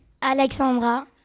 Alexandra